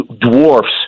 dwarfs